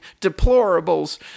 deplorables